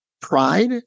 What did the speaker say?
pride